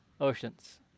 oceans